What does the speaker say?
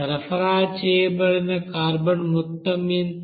సరఫరా చేయబడిన కార్బన్ మొత్తం ఎంత